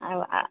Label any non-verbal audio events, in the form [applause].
ଆଉ [unintelligible]